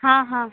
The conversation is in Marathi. हां हां